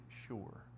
sure